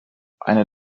eine